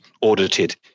audited